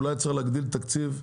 אולי צריך להגדיל תקציב?